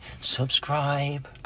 subscribe